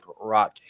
rock